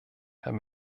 herr